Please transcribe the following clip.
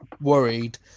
worried